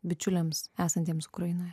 bičiuliams esantiems ukrainoje